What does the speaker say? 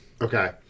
Okay